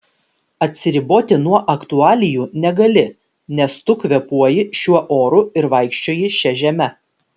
atsiriboti nuo aktualijų negali nes tu kvėpuoji šiuo oru ir vaikščioji šia žeme